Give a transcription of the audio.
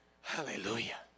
Hallelujah